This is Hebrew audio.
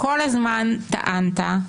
כל הזמן טענת: